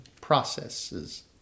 processes